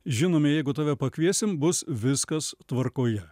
žinome jeigu tave pakviesim bus viskas tvarkoje